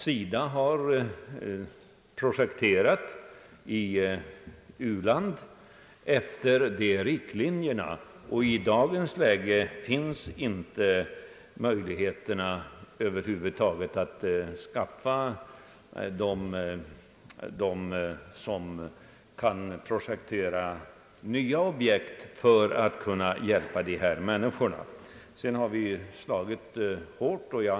SIDA har projekterat i u-länder efter de riktlinjerna, och i dagens läge finns över huvud taget inte möjligheter att skaffa folk som kan projektera nya objekt för att hjälpa människor i u-länderna.